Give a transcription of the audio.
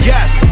Yes